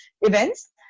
events